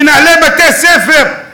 מנהלי בתי-ספר,